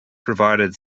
provided